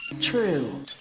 True